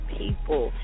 people